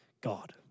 God